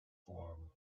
form